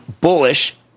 bullish